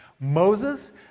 Moses